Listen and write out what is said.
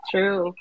True